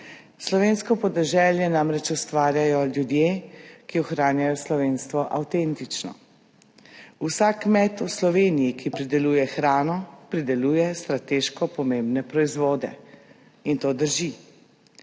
Slovensko podeželje namreč ustvarjajo ljudje, ki ohranjajo slovenstvo avtentično. Vsak kmet v Sloveniji, ki prideluje hrano, prideluje strateško pomembne proizvode in to drži.